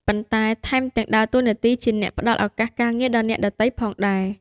ប៉ុន្តែថែមទាំងដើរតួនាទីជាអ្នក ផ្តល់ឱកាសការងារដល់អ្នកដទៃ ផងដែរ។